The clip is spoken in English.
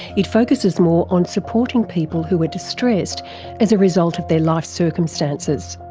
it focusses more on supporting people who are distressed as a result of their life circumstances.